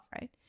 right